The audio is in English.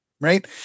right